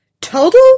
Total